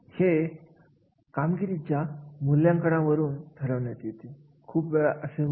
तर अशा कार्याची माहिती कार्याच्या अवलोकान मधून समोर येत असते